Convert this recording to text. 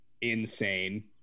insane